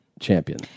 champion